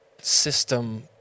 system